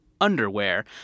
underwear